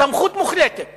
סמכות מוחלטת